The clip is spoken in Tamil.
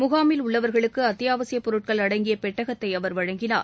முகாமில் உள்ளவர்களுக்கு அத்தியாவசியப் பொருட்கள் அடங்கிய பெட்டகத்தை அவர் வழங்கினார்